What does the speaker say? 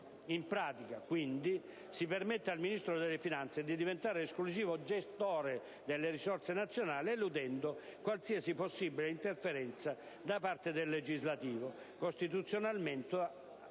In pratica, quindi, si permette al Ministro dell'economia e delle finanze di diventare l'esclusivo gestore delle risorse nazionali, eludendo qualsiasi possibile interferenza da parte del potere legislativo, costituzionalmente atto